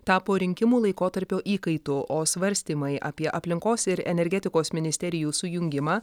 tapo rinkimų laikotarpio įkaitu o svarstymai apie aplinkos ir energetikos ministerijų sujungimą